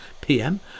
pm